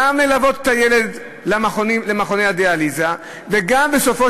גם ללוות את הילד למכוני הדיאליזה וגם בסופו